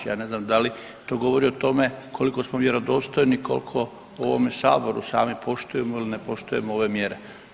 Ja ne znam da li to govori o tome koliko smo vjerodostojni, koliko u ovome Saboru sami poštujemo ili ne poštujemo ove mjere?